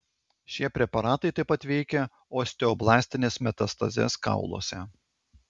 šie preparatai taip pat veikia osteoblastines metastazes kauluose